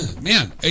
Man